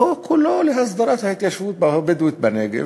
החוק הוא לא להסדרת ההתיישבות הבדואית בנגב.